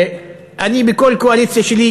אני בכל קואליציה שלי,